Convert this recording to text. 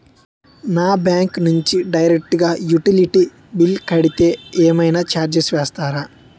నా బ్యాంక్ నుంచి డైరెక్ట్ గా యుటిలిటీ బిల్ కడితే ఏమైనా చార్జెస్ వేస్తారా?